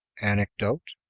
anecdote.